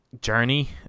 Journey